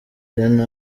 rene